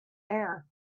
air